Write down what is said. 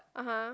(uh huh)